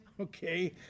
okay